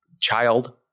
child